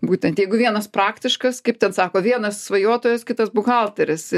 būtent jeigu vienas praktiškas kaip ten sako vienas svajotojas kitas buhalteris